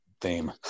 theme